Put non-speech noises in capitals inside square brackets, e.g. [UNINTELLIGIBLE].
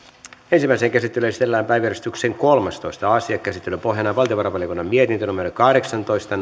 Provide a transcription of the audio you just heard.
ensimmäiseen käsittelyyn esitellään päiväjärjestyksen kolmastoista asia käsittelyn pohjana on valtiovarainvaliokunnan mietintö kahdeksantoista [UNINTELLIGIBLE]